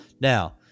Now